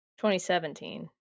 2017